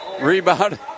Rebound